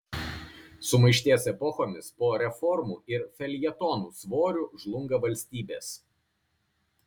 sumaišties epochomis po reformų ir feljetonų svoriu žlunga valstybės